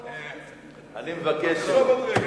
אני מבקש.